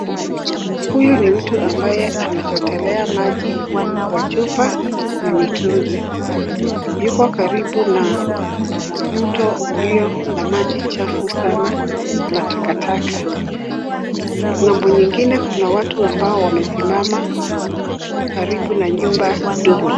Huyu ni mtu ambaye anachotelea maji kwa chupa na mitungi. Yuko karibu na mti ulio na maji chafu sana na takataka. Ng'ambo nyingine kuna watu wamesimama karibu na nyumba duni.